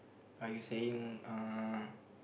are you saying uh